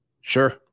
Sure